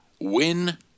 win